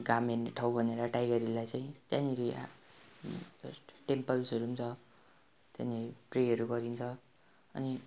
घाम हेर्ने ठाउँ भनेर टाइगर हिललाई चाहिँ त्यहाँनिर टेम्पल्सहरू पनि छ त्यहाँनिर प्रेहरू गरिन्छ अनि